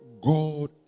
god